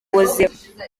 buzima